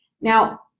Now